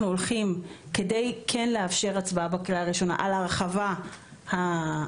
הולכים כדי כן לאפשר הצבעה בקריאה ראשונה על הרחבה המצומצמת.